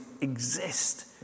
exist